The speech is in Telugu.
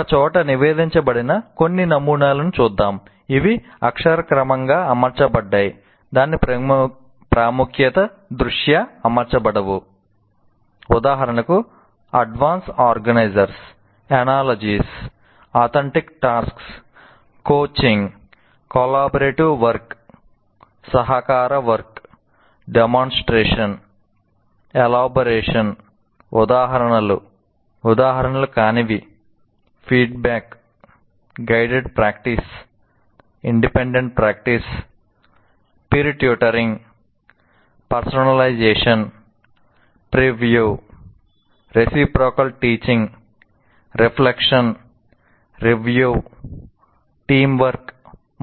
ఒకే చోట నివేదించబడిన కొన్ని నమూనాలను చూద్దాం